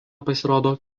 pasirodo